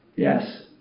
Yes